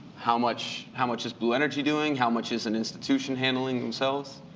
how much how much is blueenergy doing? how much is an institution handling themselves?